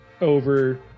over